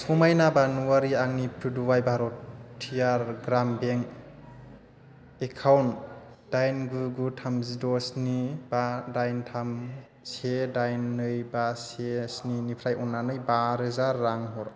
समायना बानुआरिनो आंनि पुदुवाइ भारत थियार ग्राम बेंक एकाउन्ट दाइन गु गु थामजि द' स्नि बा दाइन थाम से दाइन नै बा से स्नि निफ्राय अन्नानै बा रोजा रां हर